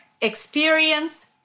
experience